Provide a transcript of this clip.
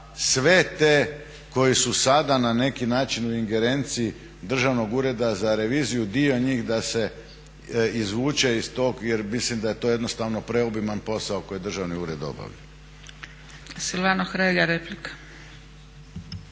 sve te koji su sada na neki način u ingerenciji Državnog ureda za reviziju dio njih da se izvuče iz tog jer mislim da je to jednostavno preobiman posao koji Državni ured obavlja. **Zgrebec, Dragica